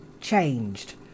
changed